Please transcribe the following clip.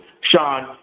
Sean